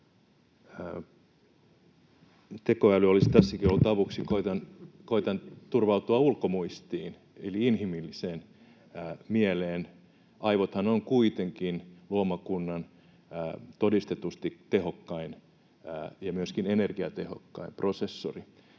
Tekoäly olisi tässäkin ollut avuksi. Koetan turvautua ulkomuistiin eli inhimilliseen mieleen. Aivothan ovat kuitenkin luomakunnan todistetusti tehokkain ja myöskin energiatehokkain prosessori.